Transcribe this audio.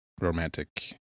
romantic